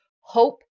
hope